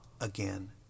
again